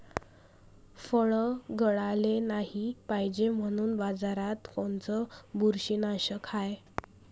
फळं गळाले नाही पायजे म्हनून बाजारात कोनचं बुरशीनाशक हाय?